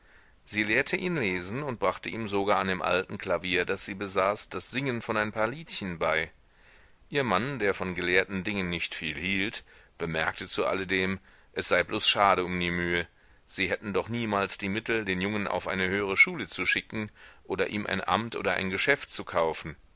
sie lehrte ihn lesen und brachte ihm sogar an dem alten klavier das sie besaß das singen von ein paar liedchen bei ihr mann der von gelehrten dingen nicht viel hielt bemerkte zu alledem es sei bloß schade um die mühe sie hätten doch niemals die mittel den jungen auf eine höhere schule zu schicken oder ihm ein amt oder ein geschäft zu kaufen